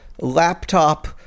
laptop